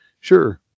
sure